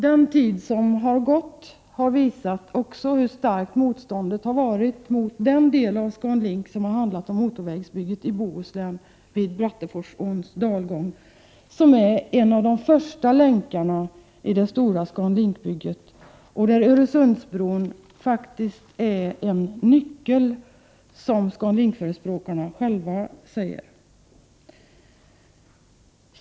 Den tid som har gått har också visat hur starkt motståndet har varit mot den del av ScanLink som gäller motorvägsbygget i Bohuslän vid Bratteforsåns dalgång, som är en av de första länkarna i det stora ScanLinkbygget och där Öresundsbron är en nyckel, som ScanLinkförespråkarna själva säger.